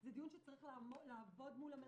זה דיון שצריך להיערך מול המערכת.